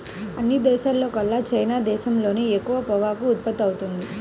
అన్ని దేశాల్లోకెల్లా చైనా దేశంలోనే ఎక్కువ పొగాకు ఉత్పత్తవుతుంది